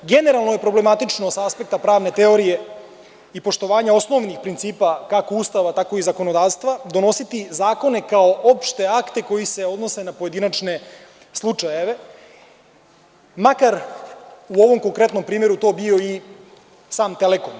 Generalno je problematično sa aspekta pravne teorije i poštovanja osnovnih principa kako Ustava tako i zakonodavstva donositi zakone kao opšte akte koji se odnose na pojedinačne slučajeve makar u ovom konkretnom primeru to bio i sam „Telekom“